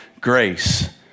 grace